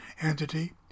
entity